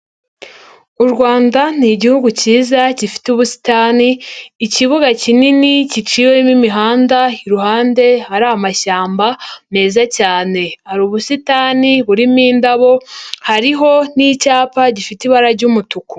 U Rwanda ni igihugu cyiza gifite ubusitani, ikibuga kinini giciwemo imihanda, iruhande hari amashyamba meza cyane, hari ubusitani burimo indabo hariho n'icyapa gifite ibara ry'umutuku.